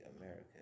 America